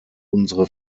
unsere